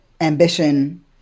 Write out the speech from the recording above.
ambition